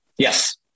Yes